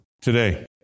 Today